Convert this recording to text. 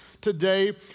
today